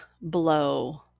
blow